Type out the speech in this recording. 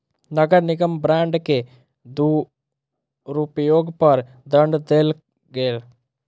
नगर निगम बांड के दुरूपयोग पर दंड देल गेल